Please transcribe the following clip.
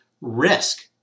risk